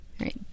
right